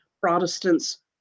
Protestants